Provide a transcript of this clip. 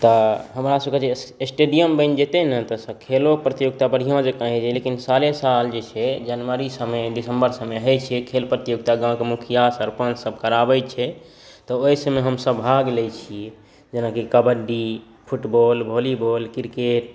तऽ हमरा सबके जे स्टेडियम बनि जेतै ने तऽ से खेलो प्रतियोगिता बढ़िऑं जेकाँ हेतै लेकिन साले साल जे छै हे जनवरी सबमे दिसम्बर सबमे होइ छै खेल प्रतियोगिता गाँवके मुखिया सरपंच सब कराबै छै तऽ ओहि सबमे हमसब भाग लै छियै जेनाकि kabaddi football volleyball cricket